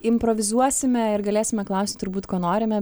improvizuosime ir galėsime klausti turbūt ko norime